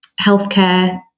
healthcare